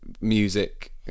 music